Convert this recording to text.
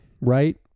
right